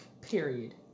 Period